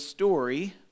Story